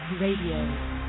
Radio